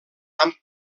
han